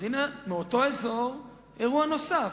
אז הנה, מאותו אזור אירוע נוסף.